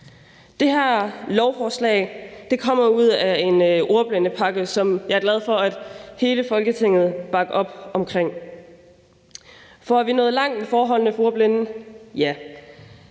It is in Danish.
Det her lovforslag kommer ud af en ordblindepakke, som jeg er glad for at hele Folketinget bakker op omkring. Er vi nået langt med forholdene for ordblinde? Ja.